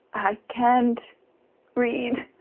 i can't read